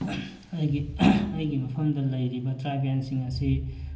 ꯑꯩꯒꯤ ꯑꯩꯒꯤ ꯃꯐꯝꯗ ꯂꯩꯔꯤꯕ ꯇ꯭ꯔꯥꯏꯕꯦꯜꯁꯤꯡ ꯑꯁꯤ